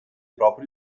propri